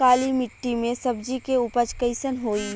काली मिट्टी में सब्जी के उपज कइसन होई?